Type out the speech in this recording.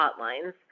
hotlines